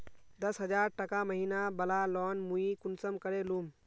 दस हजार टका महीना बला लोन मुई कुंसम करे लूम?